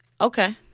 Okay